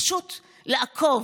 פשוט לעקוב,